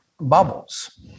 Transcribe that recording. bubbles